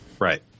right